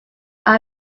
are